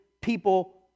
people